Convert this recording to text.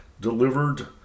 delivered